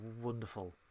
wonderful